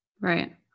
Right